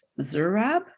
Zurab